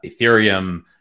Ethereum